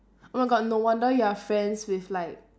oh my god no wonder you are friends with like